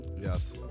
Yes